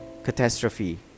Catastrophe